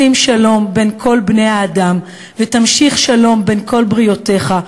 שים שלום בין כל בני-האדם ותמשיך שלום בין כל בריותיך,